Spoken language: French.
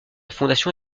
fondation